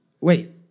Wait